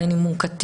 בין אם הוא קטין,